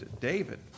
David